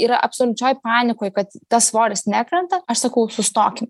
yra absoliučioj panikoj kad tas svoris nekrenta aš sakau sustokim